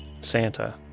Santa